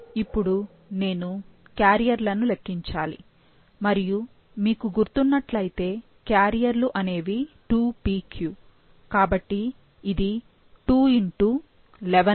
ఇప్పుడు నేను క్యారియర్లను లెక్కించాలి మరియు మీకు గుర్తున్నట్లు అయితే క్యారియర్లు అనేవి 2pq